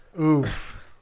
Oof